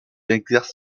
exerce